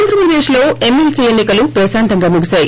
ఆంధ్ర ప్రదేశ్ లో ఎమ్మెల్సీ ఎన్నికలు ప్రశాంతంగా ముగిసాయి